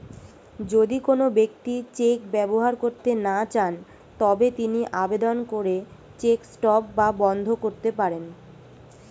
যদি কোন ব্যক্তি চেক ব্যবহার করতে না চান তবে তিনি আবেদন করে চেক স্টপ বা বন্ধ করতে পারেন